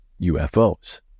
UFOs